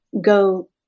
go